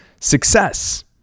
success